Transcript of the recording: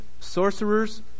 sorcerers